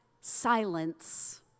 silence